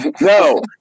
No